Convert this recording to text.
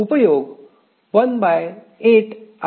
उपयोग १८ आहे